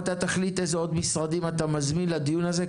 אתה תחליט איזה עוד משרדים אתה מזמין לדיון הזה.